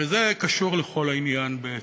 וזה קשור לכל העניין, בעצם,